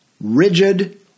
Rigid